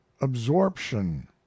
absorption